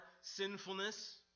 sinfulness